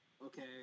okay